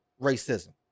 racism